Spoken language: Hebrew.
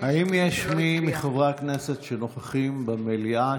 האם יש מי מחברי הכנסת שנוכחים במליאה